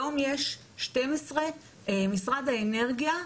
משרד האנרגיה,